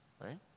right